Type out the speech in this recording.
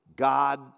God